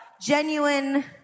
genuine